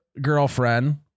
girlfriend